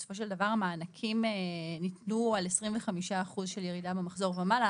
בסופו של דבר המענקים ניתנו על 25% של ירידה במחזור ומעלה.